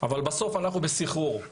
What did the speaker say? אבל בסוף אנחנו בסחרור.